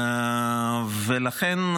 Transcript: לכן,